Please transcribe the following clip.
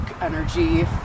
energy